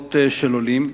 רבות של עולים,